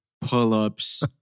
pull-ups